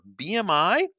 BMI